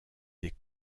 des